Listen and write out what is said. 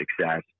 success